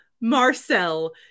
marcel